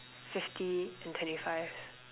fifty and twenty five